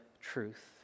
truth